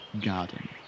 garden